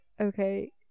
okay